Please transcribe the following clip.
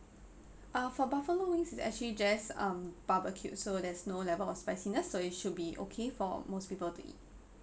uh for buffalo wings it's actually just um barbecue so there's no level of spiciness so it should be okay for most people to eat